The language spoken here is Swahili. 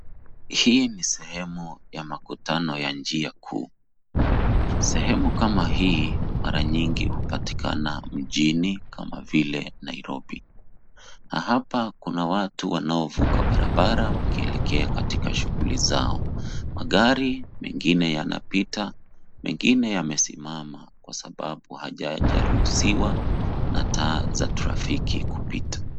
Hii ni sehemu ya makutano ya njia kuu .Sehemu kama hii mara nyingi hupatikana mjini kama vile Nairobi, na hapa kuna watu wanaovuka barabara wakielekea katika shughuli zao. Magari mengine yanapita, mengine yamesimama kwa sababu hayajaruhusiwa na taa za trafiki kupita.